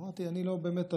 אמרתי: אני לא באמת אבין,